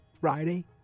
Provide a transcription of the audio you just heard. Friday